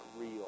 real